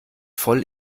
voll